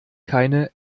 keine